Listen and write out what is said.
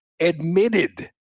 admitted